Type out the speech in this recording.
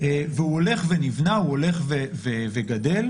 והוא הולך ונבנה, הולך וגדל.